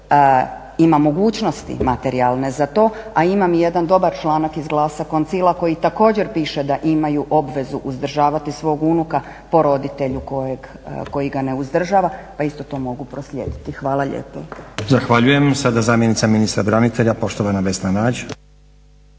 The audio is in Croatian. ima mogućnosti materijalne za to. A imam i jedan dobar članak iz Glasa koncila koji također piše da imaju obvezu uzdržavati svog unuka po roditelju koji ga ne uzdržava, pa isto to mogu proslijediti. Hvala lijepo. **Stazić, Nenad (SDP)** Zahvaljujem. Sada zamjenica ministra branitelja, poštovana Vesna Nađ.